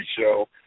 show